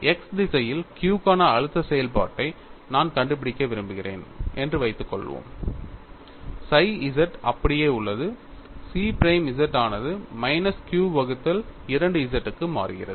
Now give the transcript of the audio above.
X திசையில் q க்கான அழுத்த செயல்பாட்டை நான் கண்டுபிடிக்க விரும்புகிறேன் என்று வைத்துக்கொள்வோம் psi z அப்படியே உள்ளது chi பிரைம் z ஆனது மைனஸ் q வகுத்தல் 2 z க்கு மாறுகிறது